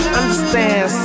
understand